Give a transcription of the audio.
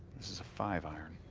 a five iron